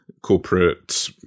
corporate